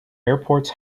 airports